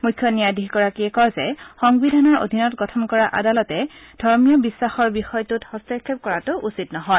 মুখ্য ন্যায়াধীশগৰাকীয়ে কয় সংবিধানৰ অধীনত গঠন কৰা আদালতে ধৰ্মীয় বিশ্বাসৰ বিষয়টোত হস্তক্ষেপ কৰাটো উচিত নহয়